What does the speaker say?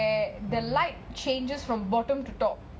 and then um also they where the light changes from bottom to top